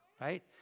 right